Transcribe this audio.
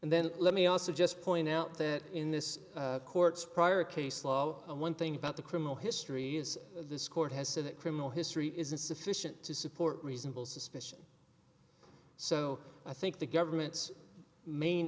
and then let me also just point out that in this court's prior case law and one thing about the criminal history is this court has said that criminal history is insufficient to support reasonable suspicion so i think the government's main